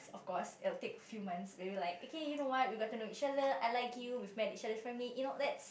of course it'll take few months maybe like okay you know what we got to know each other I like you we've met each other's family you know let's